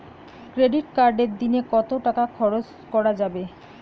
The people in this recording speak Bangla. ক্রেডিট কার্ডে দিনে কত টাকা খরচ করা যাবে?